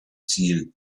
ziel